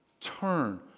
turn